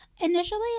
Initially